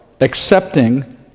accepting